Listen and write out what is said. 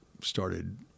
started